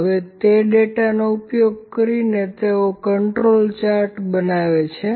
હવે ડેટાનો ઉપયોગ કરીને તેઓ તેનો કન્ટ્રોલ ચાર્ટ બનાવે છે